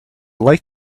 like